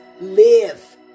live